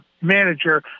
manager